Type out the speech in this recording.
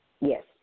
Yes